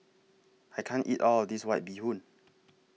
I can't eat All of This White Bee Hoon